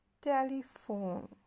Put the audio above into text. telephone